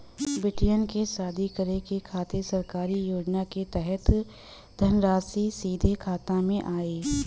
बेटियन के शादी करे के खातिर सरकारी योजना के तहत धनराशि सीधे खाता मे आई?